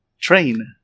Train